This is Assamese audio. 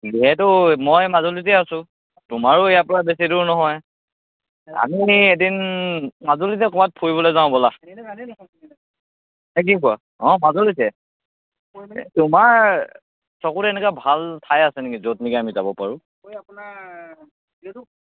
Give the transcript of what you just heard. যিহেতু মই মাজুলীতে আছোঁ তোমাৰো ইয়াৰ পৰা বেছি দূৰ নহয় আমি এদিন মাজুলীতে ক'বাত ফুৰিবলৈ যাওঁ বলা কি কোৱা অঁ মাজুলীতে তোমাৰ চকুত এনেকুৱা ভাল ঠাই আছে নেকি য'ত নেকি আমি যাব পাৰোঁ